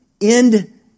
end